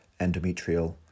endometrial